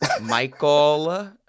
Michael